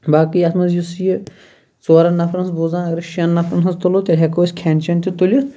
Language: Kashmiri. باقٕے اتھ مَنٛز یُس یہِ ژورَن نَفرَن ہِنٛز بہٕ اوسُس دَپان اَگَرَے شیٚن نَفرَن ہٕنٛز تُلو تیٚلہِ ہیٚکو أسۍ کھیٚن چیٚن تہِ تُلِتھ